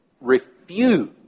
refuse